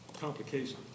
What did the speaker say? complication